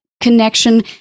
connection